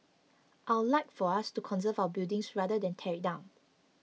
I'll like for us to conserve our buildings rather than tear it down